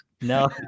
No